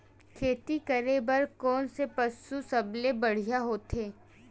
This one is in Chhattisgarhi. खेती करे बर कोन से पशु सबले बढ़िया होथे?